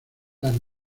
las